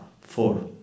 four